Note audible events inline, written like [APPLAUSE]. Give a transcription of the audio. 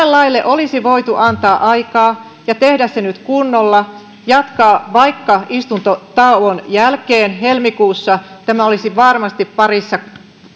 [UNINTELLIGIBLE] laille olisi voitu antaa aikaa ja tehdä se nyt kunnolla jatkaa vaikka istuntotauon jälkeen helmikuussa tämä olisi varmasti parissa